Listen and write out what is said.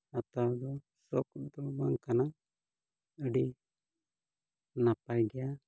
ᱦᱟᱛᱟᱣ ᱫᱚ ᱥᱚᱠ ᱢᱚᱛᱚ ᱫᱚ ᱵᱟᱝ ᱠᱟᱱᱟ ᱟᱹᱰᱤ ᱱᱟᱯᱟᱭ ᱜᱮᱭᱟ